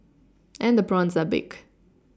and the prawns are big